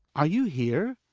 are you here?